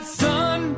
son